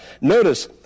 notice